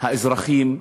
האזרחים,